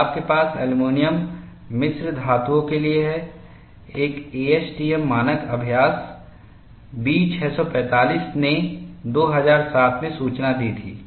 और आपके पास एल्यूमीनियम मिश्र धातुओं के लिए है एक एएसटीएम मानक अभ्यास बी 645 ने 2007 में सूचना दी थी